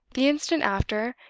the instant after,